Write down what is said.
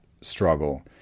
struggle